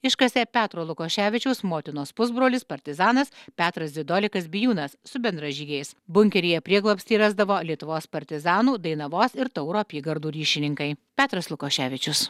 iškasė petro lukoševičiaus motinos pusbrolis partizanas petras dzidolikas bijūnas su bendražygiais bunkeryje prieglobstį rasdavo lietuvos partizanų dainavos ir tauro apygardų ryšininkai petras lukoševičius